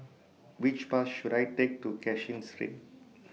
Which Bus should I Take to Cashin Street